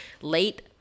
late